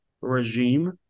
regime